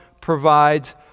provides